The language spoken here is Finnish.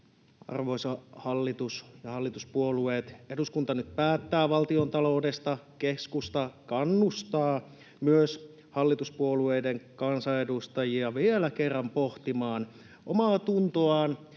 Arvoisa hallitus ja hallituspuolueet! Eduskunta nyt päättää valtiontaloudesta. Keskusta kannustaa myös hallituspuolueiden kansanedustajia vielä kerran pohtimaan omaatuntoaan